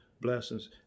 blessings